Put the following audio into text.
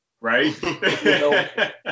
right